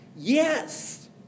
Yes